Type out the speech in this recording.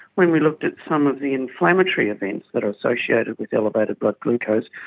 when we looked at some of the inflammatory events that are associated with elevated blood glucose,